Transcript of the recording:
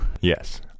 Yes